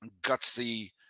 gutsy